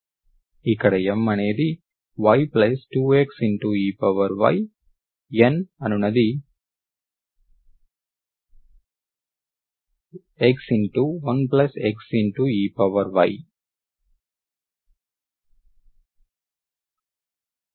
ఇక్కడ M అనేది y2 x ey N అనేది x1 x ey